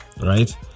right